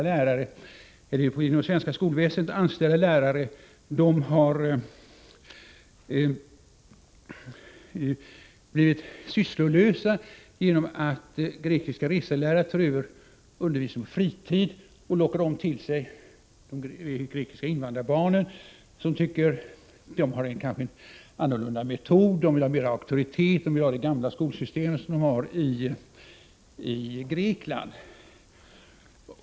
De inom det svenska skolväsendet anställda lärarna har alltså blivit sysslolösa som en följd av att grekiska reselärare tagit över undervisningen på sin fritid. De grekiska reselärarna lockar de grekiska invandrarbarnen till sig, eftersom barnen i deras undervisning kanske ser en annan metod, mera auktoritet och en möjlighet att inhämta kunskaper enligt det gamla skolsystemet — som ännu gäller i Grekland.